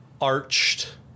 arched